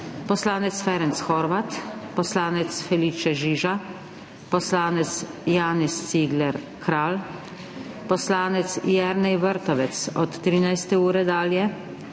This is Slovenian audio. poslanec Ferenc Horvat, poslanec Felice Žiža, poslanec Janez Cigler Kralj, poslanec Jernej Vrtovec od 13. ure dalje,